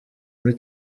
muri